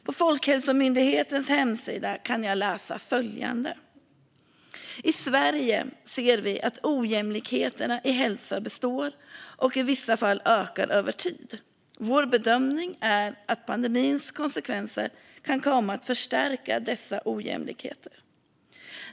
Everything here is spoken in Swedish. På Folkhälsomyndighetens hemsida kan jag läsa följande: I Sverige ser vi att ojämlikheterna i hälsa består och i vissa fall ökar över tid. Vår bedömning är att pandemins konsekvenser kan komma att förstärka dessa ojämlikheter.